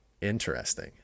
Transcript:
interesting